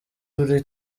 kuri